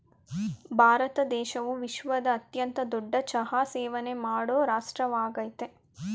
ಭಾರತ ದೇಶವು ವಿಶ್ವದ ಅತ್ಯಂತ ದೊಡ್ಡ ಚಹಾ ಸೇವನೆ ಮಾಡೋ ರಾಷ್ಟ್ರವಾಗಯ್ತೆ